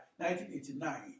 1989